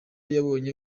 yabonye